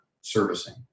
servicing